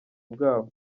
bwabo